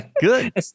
Good